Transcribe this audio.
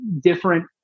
different